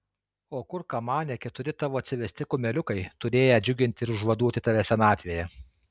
o kur kamane keturi tavo atsivesti kumeliukai turėję džiuginti ir užvaduoti tave senatvėje